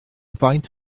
faint